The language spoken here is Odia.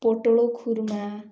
ପୋଟଳ ଖୁରୁମା